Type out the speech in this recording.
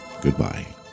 Goodbye